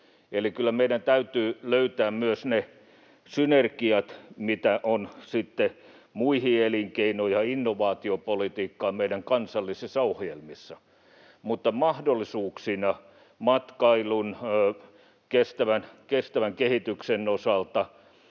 eli kyllä meidän täytyy löytää myös ne synergiat, mitä on sitten muuhun elinkeino- ja innovaatiopolitiikkaan meidän kansallisissa ohjelmissa, ja mahdollisuuksina matkailun, kestävän kehityksen osalta